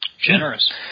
Generous